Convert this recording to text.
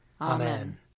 Amen